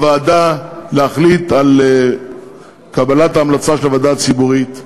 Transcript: הכי קל היה לי בוועדה להחליט על קבלת ההמלצה של הוועדה הציבורית,